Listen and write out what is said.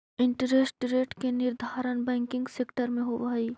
interest rate के निर्धारण banking sector में होवऽ हई